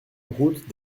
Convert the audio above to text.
route